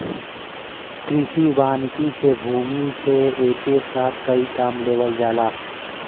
कृषि वानिकी से भूमि से एके साथ कई काम लेवल जाला